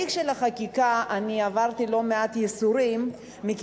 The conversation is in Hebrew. אני עברתי לא מעט ייסורים בתהליך החקיקה,